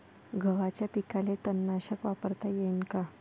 गव्हाच्या पिकाले तननाशक वापरता येईन का?